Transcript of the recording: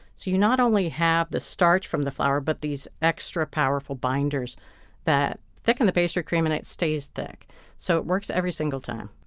so you not only have the starch from the flour, but these extra powerful binders that thicken the pastry cream. and it stays thick so it works every single time